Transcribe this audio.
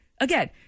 again